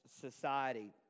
society